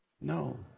No